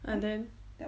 and then